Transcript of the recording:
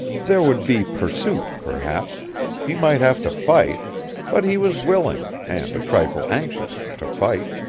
there would be pursuit, perhaps he might have to fight but he was willing, and a trifle anxious, to fight.